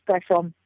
special